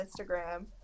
Instagram